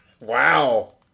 Wow